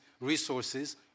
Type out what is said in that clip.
resources